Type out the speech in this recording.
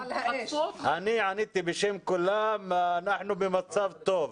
אנחנו במצב טוב,